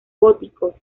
gótico